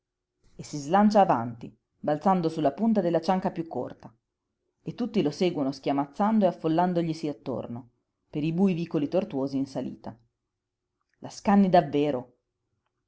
e si slancia avanti balzando su la punta della cianca piú corta e tutti lo seguono schiamazzando e affollandoglisi attorno per i buj vicoli tortuosi in salita la scanni davvero